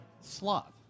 Sloth